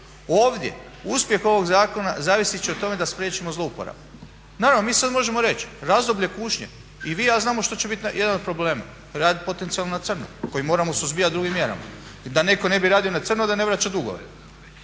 Ovdje uspjeh ovog zakona zavisit će o tome da spriječimo zlouporabe. Naravno, mi sad možemo reći razdoblje kušnje. I vi i ja znamo što će bit jedan od problema, rad potencijalno na crno koji moramo suzbijati drugim mjerama, da ne bi netko radio na crno da ne vraća dugove